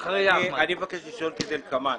מבקש לשאול כדלקמן.